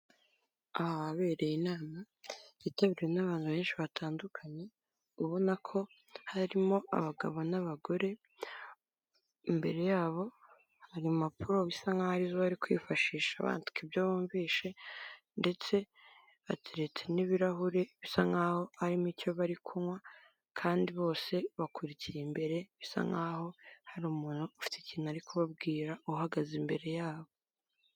Ahabereye inama yitabiriwe n'abantu benshi batandukanye ubona ko harimo abagabo n'abagore, imbere yabo hari impapuro bisa nkaho ariho bari kwifashisha bandika ibyo bumvise ndetse batereta n'ibirahure bisa nkaho harimo icyo bari kunywa kandi bose bakurikira imbere bisa nkaho hari umuntu ufite ikintu ari kubabwira uhagaze imbere yabo.